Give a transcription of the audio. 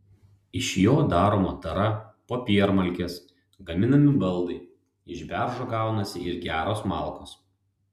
iš jo daroma tara popiermalkės gaminami baldai iš beržo gaunasi ir geros malkos